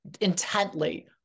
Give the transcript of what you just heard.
intently